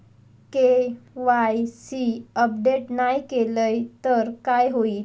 KYC update नाय केलय तर काय होईत?